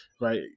right